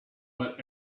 but